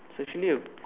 it's actually a